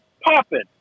Popping